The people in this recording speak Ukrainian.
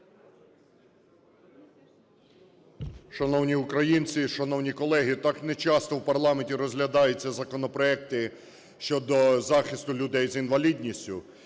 Шановні українці, шановні колеги, так нечасто в парламенті розглядаються законопроекти щодо захисту людей з інвалідністю.